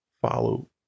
Follow